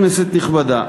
כנסת נכבדה,